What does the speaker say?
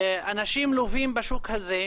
אנשים לווים בשוק הזה,